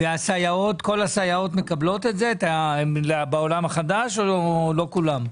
כל הסייעות מקבלות את זה בעולם החדש או לא כולן?